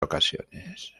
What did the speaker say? ocasiones